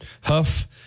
Huff